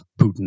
Putin